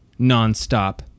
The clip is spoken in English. nonstop